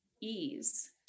ease